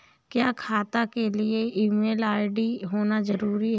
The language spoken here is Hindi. क्या खाता के लिए ईमेल आई.डी होना जरूरी है?